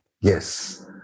Yes